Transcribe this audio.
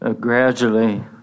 Gradually